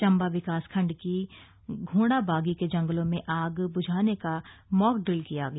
चंबा विकासखंड के घोंणाबागी के जंगलों में आग बुझाने का मॉक ड्रिल किया गया